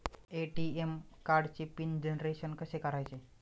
ATM कार्डचे PIN generation कसे करायचे?